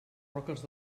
roques